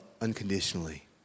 unconditionally